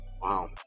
wow